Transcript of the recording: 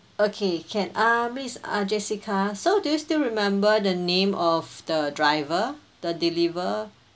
okay can uh miss uh jessica so do you still remember the name of the driver the deliver